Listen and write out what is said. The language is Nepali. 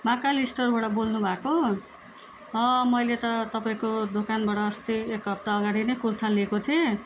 माँ काली स्टोरबाट बोल्नु भएको मैले त तपाईँको दोकानबाट अस्ति एक हप्ता अगाडि नै कुर्ता लिएको थिएँ